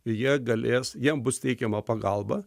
jie galės jiem bus teikiama pagalba